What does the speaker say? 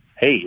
hey